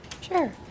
Sure